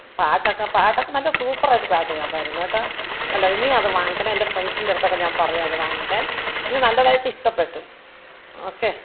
പാട്ടൊക്കെ പാട്ടൊക്കെ നല്ല സൂപ്പറായിട്ട് പാട്ട് കേൾക്കാമായിരുന്നു കേട്ടോ അല്ല ഇനിയും അത് വാങ്ങിക്കണം എൻ്റെ ഫ്രണ്ട്സിൻ്റെ അടുത്തൊക്കെ ഞാൻ പറഞ്ഞു അത് വാങ്ങിക്കാൻ എനിക്ക് നല്ലതായിട്ട് ഇഷ്ടപ്പെട്ടു ഓക്കേ